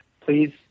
Please